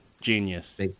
genius